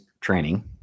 training